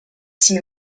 семи